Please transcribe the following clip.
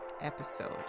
episode